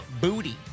Booty